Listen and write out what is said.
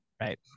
right